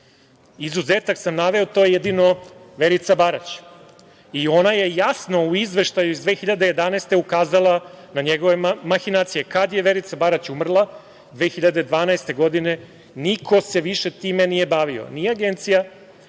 Izuzetak sam naveo, to je jedino Verica Barać, i ona je jasno u izveštaju iz 2011. godine, ukazala na njegove mahinacije. Kad je Verica Barać umrla 2012. godine, niko se više time nije bavio, ni Agencija,